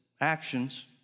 actions